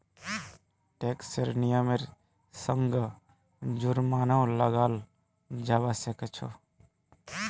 टैक्सेर नियमेर संगअ जुर्मानो लगाल जाबा सखछोक